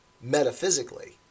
metaphysically